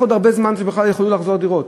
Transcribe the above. עוד הרבה זמן עד שהם יוכלו בכלל לחזור לדירות.